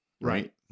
Right